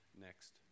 next